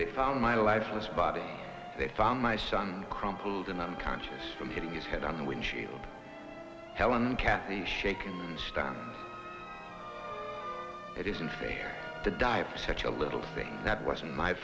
they found my lifeless body they found my son crumpled an unconscious from hitting his head on the windshield helen cathy shaken stunned it isn't fair to die of such a little thing that wasn't my